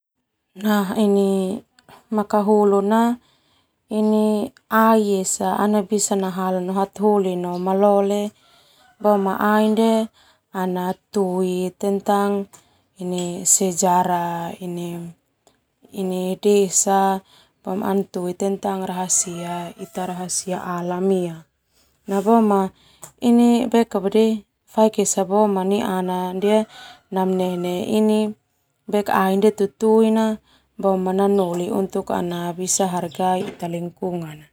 Nah ini makahulu na ini ai esa bisa nahala no hataholi no malole ana tui tentang sejarah ini desa ana tui tentang ia rahasia alam. Hargai lingkungan.